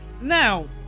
now